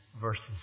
verses